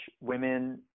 women